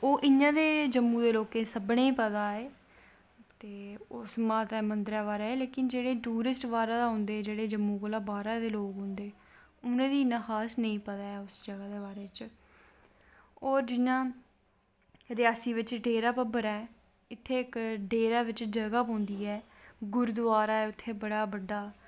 ओह् इयां ते जम्मू दे लोकें गी सब्भनें गी पता ऐ उस मन्दरै दै बारे च लेकिन जेह्ड़े टूरिस्ट बाह्रे दे औंदे जम्मू कोला दा बाह्रा दे लोग औंदे उनेंगी खास नी पता ऐ उस जगाह् दे बारे च होर रियासी बिच्च जियां ढेरा भवर ऐ इत्थें इक ढेरै बिच्च जगाह् पौंदी ऐ गुरदवारा ऐ उत्थें बड़ा बड्डा